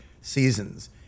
seasons